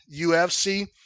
UFC